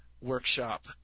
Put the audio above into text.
Workshop